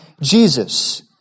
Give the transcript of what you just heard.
Jesus